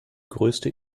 größte